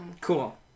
Cool